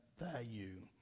value